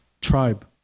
tribe